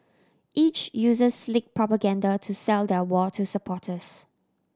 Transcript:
each uses slick propaganda to sell their war to supporters